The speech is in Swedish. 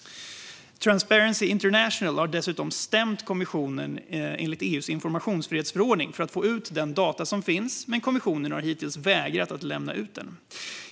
Transparency International har dessutom stämt kommissionen enligt EU:s informationsfrihetsförordning för att få ut de data som finns, men kommissionen har hittills vägrat att lämna ut dem.